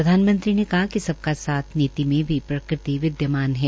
प्रधानमंत्री ने कहा कि सबका साथ नीति में भी प्रकृति विद्यमान है